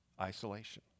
isolation